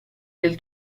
del